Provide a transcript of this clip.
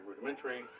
rudimentary